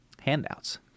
handouts